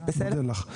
מודה לך.